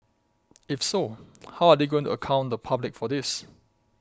if so how are they going to account the public for this